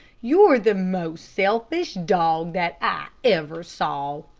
you're the most selfish dog that i ever saw.